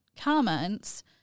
comments